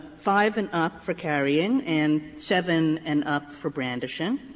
five and up for carrying, and seven and up for brandishing,